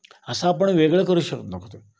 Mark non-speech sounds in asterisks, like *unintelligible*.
असं आपण वेगळं करू शकत *unintelligible*